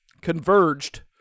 converged